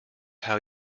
how